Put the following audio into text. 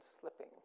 slipping